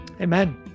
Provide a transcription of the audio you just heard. Amen